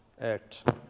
act